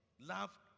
love